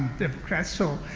democrat. so,